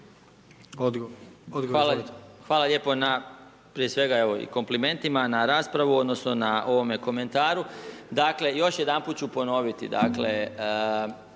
Hvala lijepo na, prije svega evo i komplimentima, na raspravu odnosno na ovome komentaru. Dakle, još jedanput ću ponoviti.